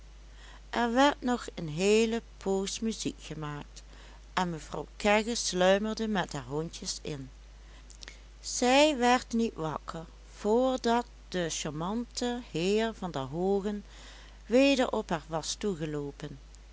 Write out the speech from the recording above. er werd nog een heele poos muziek gemaakt en mevrouw kegge sluimerde met haar hondjes in zij werd niet wakker voordat de charmante heer van der hoogen weder op haar was